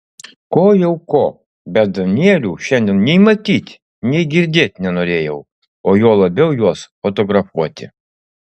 ko jau ko bet danielių šiandien nei matyt nei girdėt nenorėjau o juo labiau juos fotografuoti